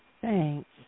Thanks